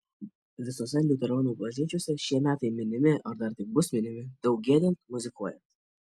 visose liuteronų bažnyčiose šie metai minimi ar dar tik bus minimi daug giedant muzikuojant